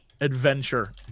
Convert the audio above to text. adventure